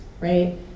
right